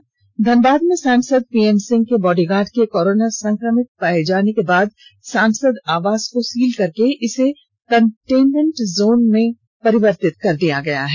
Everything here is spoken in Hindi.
वहीं धनबाद में सांसद पीएन सिंह के बॉडीगार्ड के करोना संक्रमित पाये जाने के बाद सांसद आवास को सील करके कन्टेनमेंट जोन घोषित कर दिया गया है